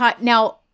Now